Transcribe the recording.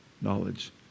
knowledge